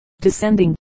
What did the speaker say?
descending